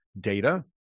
data